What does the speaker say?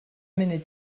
munud